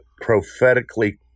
prophetically